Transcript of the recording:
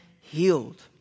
healed